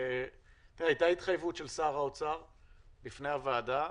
הייתה התחייבות של שר האוצר לפני הוועדה,